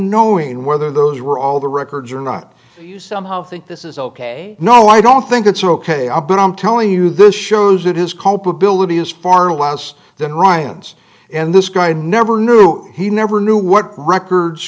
knowing whether those were all the records or not you somehow think this is ok no i don't think it's ok i but i'm telling you this shows that his culpability is far less than ryan's and this guy never knew he never knew what records